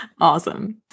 awesome